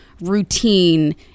routine